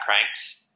cranks